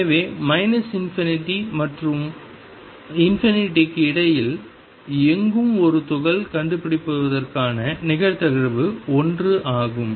எனவே ∞ மற்றும் க்கு இடையில் எங்கும் ஒரு துகள் கண்டுபிடிக்கப்படுவதற்கான நிகழ்தகவு 1 ஆகும்